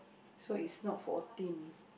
so is not fourteen